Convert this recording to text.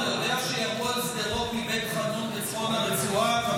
אתה יודע שירו על שדרות מבית חאנון בצפון הרצועה?